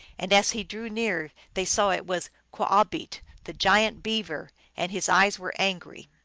and as he drew near they saw it was quahbeet, the giant beaver, and his eyes were angry.